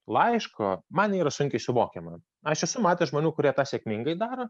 laiško man yra sunkiai suvokiama aš esu matęs žmonių kurie tą sėkmingai daro